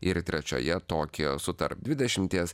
ir trečioje tokijo su tarp dvidešimties